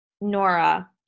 nora